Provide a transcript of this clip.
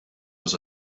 was